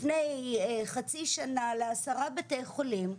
לפני חצי שנה, לעשרה בתי חולים,